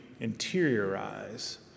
interiorize